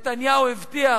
נתניהו הבטיח